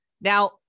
Now